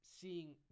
seeing